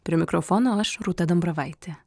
prie mikrofono aš rūta dambravaitė